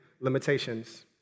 limitations